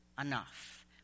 enough